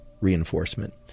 reinforcement